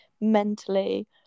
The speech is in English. mentally